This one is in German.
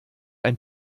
ein